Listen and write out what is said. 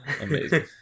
Amazing